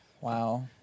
Wow